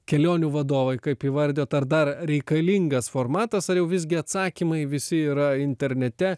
kelionių vadovai kaip įvardijot ar dar reikalingas formatas ar jau visgi atsakymai visi yra internete